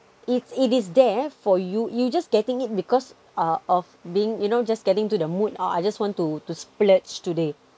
it's it is there for you you're just getting it because ah of being you know just getting to the mood or I just want to to splurge today